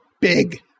big